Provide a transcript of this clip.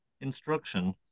instruction